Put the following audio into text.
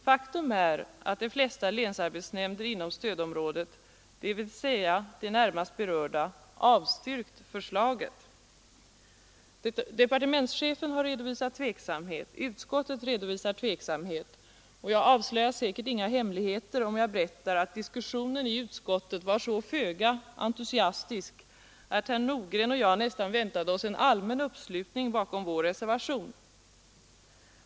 Faktum är att de flesta länsarbetsnämnder inom stödområdet, dvs. de närmast berörda, avstyrkt förslaget. Departementschefen har redovisat tveksamhet, utskottet redovisar tveksamhet, och jag avslöjar säkert inga hemligheter om jag berättar att diskussionen i utskottet var så föga entusiastisk att herr Nordgren och jag nästan väntade oss en allmän uppslutning bakom vår reservation.